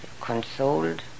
consoled